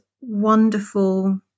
wonderful